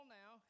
now